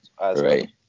Right